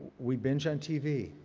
we binge on tv.